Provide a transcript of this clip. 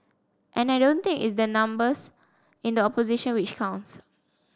and I don't think it's the numbers in the opposition which counts